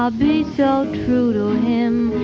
ah be so true to him,